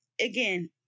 again